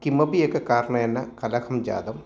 किमपि एकं कारणेन कलहं जातम्